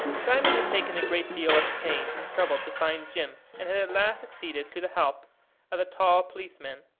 diamond had taken a great deal of pains and trouble to find jim, and had at last succeeded through the help of the tall policeman,